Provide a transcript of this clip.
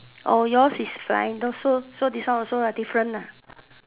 oh yours is flying also so this one also ah different ah